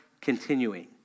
continuing